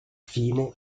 fine